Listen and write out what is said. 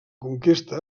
conquesta